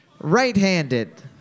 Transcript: right-handed